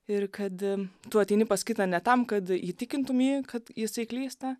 ir kad tu ateini pas kitą ne tam kad įtikintum jį kad jisai klysta